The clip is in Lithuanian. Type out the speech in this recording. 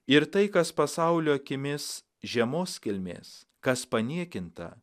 ir tai kas pasaulio akimis žemos kilmės kas paniekinta